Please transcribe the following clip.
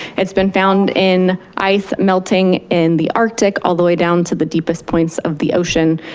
it's been found in ice melting in the arctic all the way down to the deepest points of the ocean.